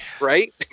Right